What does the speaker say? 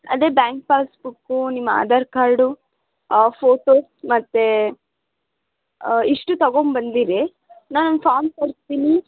ಅದೇ bank passbook ನಿಮ್ಮ Aadhaar card photo ಮತ್ತು ಇಷ್ಟು ತಗೊಂಡ್ಬಂದಿರಿ ನಾನು ಒಂದು ಫಾಮ್ ಕೊಡ್ತೀನಿ